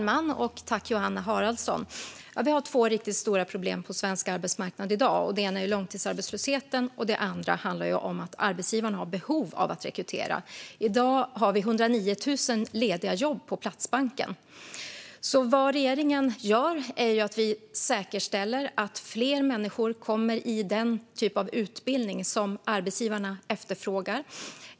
Fru talman! Ja, vi har två riktigt stora problem på svensk arbetsmarknad i dag. Det ena är långtidsarbetslösheten, och det andra handlar om att arbetsgivarna har behov av att rekrytera. I dag har vi 109 000 lediga jobb på Platsbanken, så vad regeringen gör är att säkerställa att fler människor kommer i den typ av utbildning som arbetsgivarna efterfrågar.